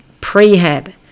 prehab